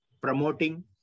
promoting